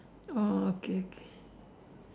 oh okay okay